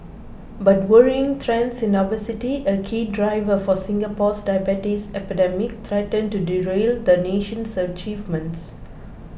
but worrying trends in obesity a key driver for Singapore's diabetes epidemic threaten to derail the nation's achievements